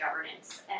governance